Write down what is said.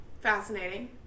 fascinating